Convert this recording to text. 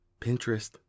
Pinterest